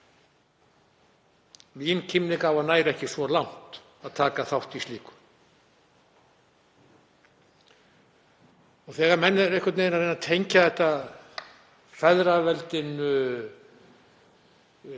Mín kímnigáfa nær ekki svo langt að taka þátt í slíku. Og þegar menn eru einhvern veginn að reyna að tengja þetta feðraveldinu,